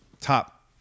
top